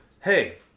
hey